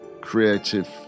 creative